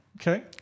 Okay